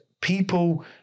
people